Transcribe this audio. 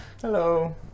Hello